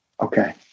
Okay